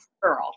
Girl